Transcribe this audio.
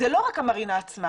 זה לא רק המרינה עצמה.